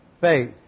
faith